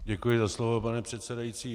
Děkuji za slovo, pane předsedající.